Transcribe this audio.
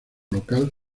local